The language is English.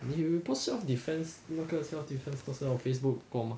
I mean you post self defence 那个 self defence post on facebook 过 mah